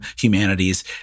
humanities